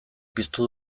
piztu